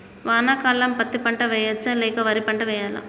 వానాకాలం పత్తి పంట వేయవచ్చ లేక వరి పంట వేయాలా?